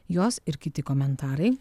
jos ir kiti komentarai